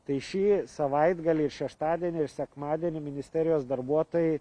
tai šį savaitgalį šeštadienį ir sekmadienį ministerijos darbuotojai